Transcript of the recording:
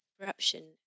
corruption